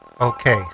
okay